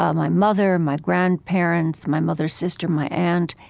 um my mother, my grandparents, my mother's sister, my and